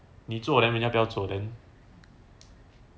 你做人 then 家不要做